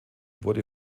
wurde